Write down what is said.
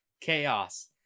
Chaos